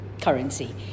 currency